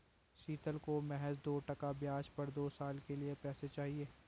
शीतल को महज दो टका ब्याज पर दो साल के लिए पैसे चाहिए